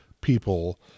people